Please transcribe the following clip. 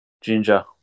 Ginger